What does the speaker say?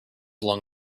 along